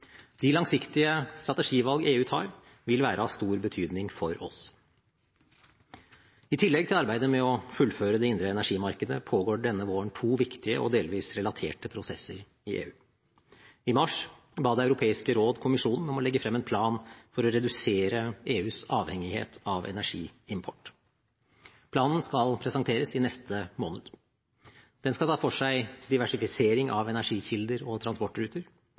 De langsiktige strategivalg EU tar, vil være av stor betydning for oss. I tillegg til arbeidet med å fullføre det indre energimarkedet, pågår det denne våren to viktige og delvis relaterte prosesser i EU. I mars ba Det europeiske råd kommisjonen om å legge frem en plan for å redusere EUs avhengighet av energiimport. Planen skal presenteres i neste måned. Den skal ta for seg diversifisering av energikilder og transportruter,